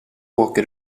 åker